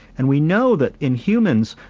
and we know that in humans,